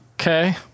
Okay